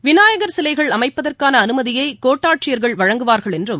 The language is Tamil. விநாயகர் சிலைகள் அமைப்பதற்கான அனுமதியை கோட்டாட்சியர்கள் வழங்குவார்கள் என்றும்